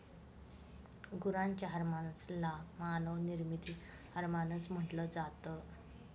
गुरांच्या हर्मोन्स ला मानव निर्मित हार्मोन्स म्हटल जात